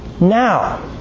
Now